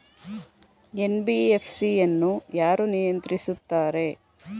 NBFC ಅನ್ನು ಯಾರು ನಿಯಂತ್ರಿಸುತ್ತಾರೆ?